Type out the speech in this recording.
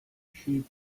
sheep